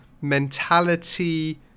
mentality